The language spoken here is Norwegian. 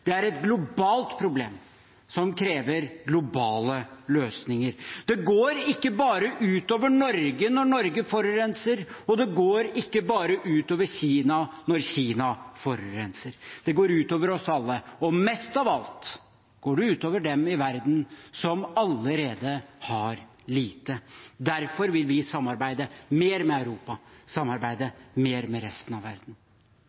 Det er et globalt problem, som krever globale løsninger. Det går ikke bare ut over Norge når Norge forurenser, og det går ikke bare ut over Kina når Kina forurenser. Det går ut over oss alle. Mest av alt går det ut over dem i verden som allerede har lite. Derfor vil vi samarbeide mer med Europa og med resten av verden.